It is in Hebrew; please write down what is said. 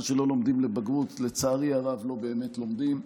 מה שלא לומדים לבגרות, לצערי הרב לא באמת לומדים.